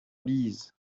biz